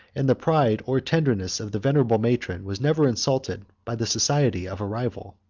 and the pride or tenderness of the venerable matron was never insulted by the society of a rival.